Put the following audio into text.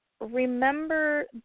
remember